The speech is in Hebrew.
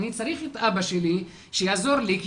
אני צריך את אבא שלי שיעזור לי,